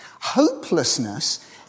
Hopelessness